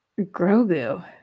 Grogu